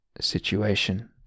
situation